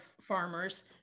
farmers